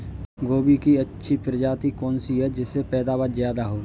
गोभी की अच्छी प्रजाति कौन सी है जिससे पैदावार ज्यादा हो?